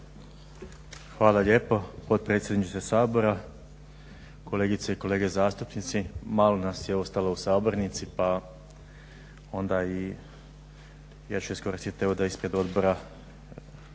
Hvala lijepo potpredsjedniče Sabora, kolegice i kolege zastupnici. Malo nas je ostalo u sabornici, pa onda i ja ću iskoristiti evo da ispred Odbora